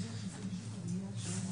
גם,